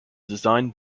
designed